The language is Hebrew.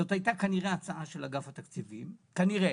זו כנראה הייתה הצעה של אגף התקציבים - כנראה,